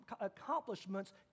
accomplishments